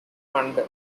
and